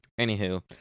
anywho